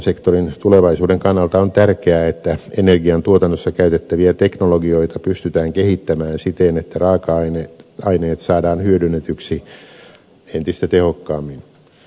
bioenergiasektorin tulevaisuuden kannalta on tärkeää että energiantuotannossa käytettäviä teknologioita pystytään kehittämään siten että raaka aineet saadaan hyö dynnetyksi entistä tehokkaammin